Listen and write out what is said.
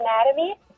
anatomy